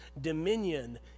dominion